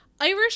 Irish